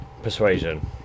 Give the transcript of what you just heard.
Persuasion